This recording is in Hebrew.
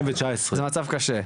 זה מצב קשה.